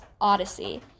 odyssey